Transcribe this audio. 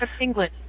England